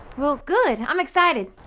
well good, i'm excited.